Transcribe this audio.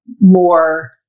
more